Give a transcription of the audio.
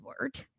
word